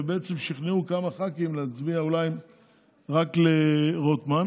ובעצם שכנעו כמה ח"כים להצביע אולי רק לרוטמן.